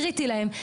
קריטי להם.